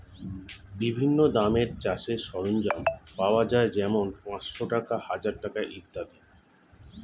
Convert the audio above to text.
বিভিন্ন দামের চাষের সরঞ্জাম পাওয়া যায় যেমন পাঁচশ টাকা, হাজার টাকা ইত্যাদি